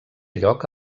lloc